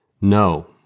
No